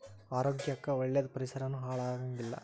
ಆರೋಗ್ಯ ಕ್ಕ ಒಳ್ಳೇದ ಪರಿಸರಾನು ಹಾಳ ಆಗಂಗಿಲ್ಲಾ